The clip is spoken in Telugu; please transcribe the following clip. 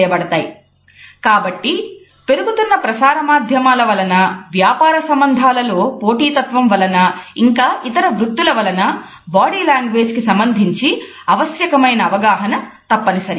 కాబట్టి పెరుగుతున్న ప్రసార మాధ్యమాల వలన వ్యాపార సంబంధాల లో పోటీ తత్వం వలన ఇంకా ఇతర వృత్తుల వలన బాడీ లాంగ్వేజ్ కి సంబంధించి ఆవశ్యకమైన అవగాహన తప్పనిసరి